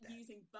using